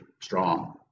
strong